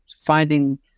finding